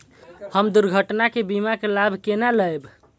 हम दुर्घटना के बीमा के लाभ केना लैब?